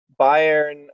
Bayern